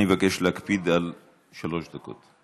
אני מבקש להקפיד על שלוש שדקות.